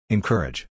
Encourage